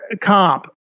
comp